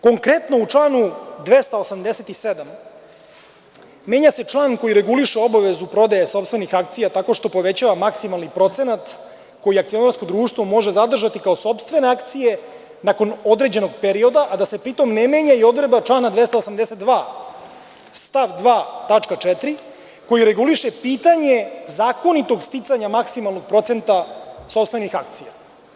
Konkretno, u članu 287. menja se član koji reguliše obavezu prodaje sopstvenih akcija tako što povećava maksimalni procenat koji akcionarsko društvo može zadržati kao sopstvene akcije nakon određenog perioda, a da se pritom ne menja ni odredba člana 282. stav 2. tačka 4. koji reguliše pitanje zakonitog sticanja maksimalnog procenta sopstvenih akcija.